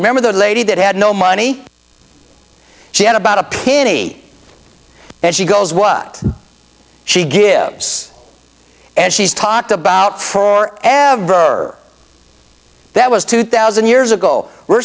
remember the lady that had no money she had about a penny and she goes what she gives and she's talked about for average her that was two thousand years ago we're